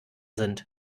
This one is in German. sind